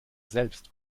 selbst